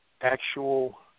Actual